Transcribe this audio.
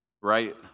Right